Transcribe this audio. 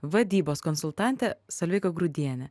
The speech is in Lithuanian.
vadybos konsultante solveiga grudiene